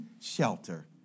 shelter